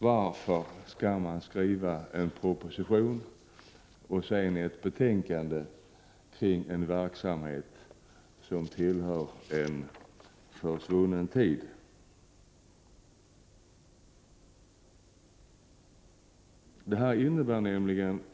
Varför skall man skriva en proposition, och sedan ett betänkande, om en verksamhet som tillhör en svunnen tid?